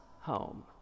home